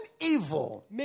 evil